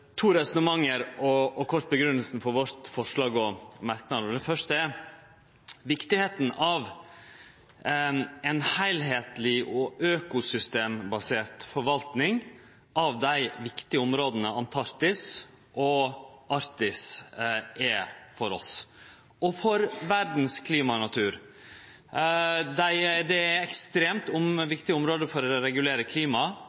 to resonnement og grunngjevinga for vårt forslag og våre merknader. Det første er kor viktig ei heilskapleg og økosystembasert forvalting av dei viktige områda Antarktis og Arktis er for oss – og for verdas klima og natur. Dette er ekstremt